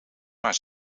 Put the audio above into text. maar